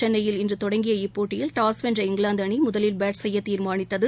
சென்னையில் இன்று தொடங்கிய ஆடடத்தில் டாஸ் வென்ற இங்கிலாந்து அணி முதலில் பேட் செய்ய தீர்மானித்தது